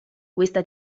questa